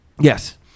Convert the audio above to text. Yes